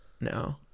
No